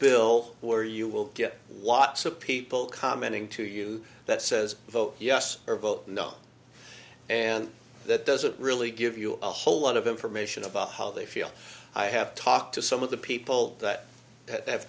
where you will get watts of people commenting to you that says vote yes or vote no and that doesn't really give you a whole lot of information about how they feel i have talked to some of the people that have